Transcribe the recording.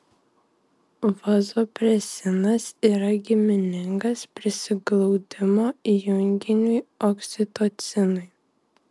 vazopresinas yra giminingas prisiglaudimo junginiui oksitocinui